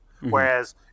Whereas